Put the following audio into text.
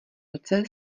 roce